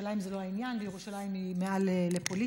שירושלים זה לא העניין ושירושלים היא מעל לפוליטיקה.